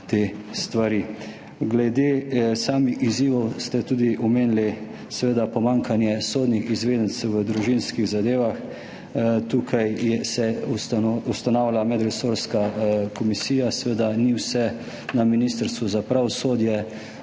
te stvari. Glede samih izzivov ste tudi omenili pomanjkanje sodnih izvedencev v družinskih zadevah. Tukaj se ustanavlja medresorska komisija. Seveda ni vse na Ministrstvu za pravosodje,